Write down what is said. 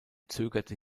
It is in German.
zögerte